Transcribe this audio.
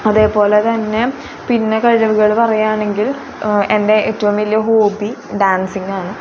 അതേപോലെ തന്നെ പിന്നെ കഴിവുകൾ പറയുകയാണെങ്കിൽ എൻ്റെ ഏറ്റവും വലിയ ഹോബി ഡാൻസിങ്ങ് ആണ്